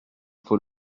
faut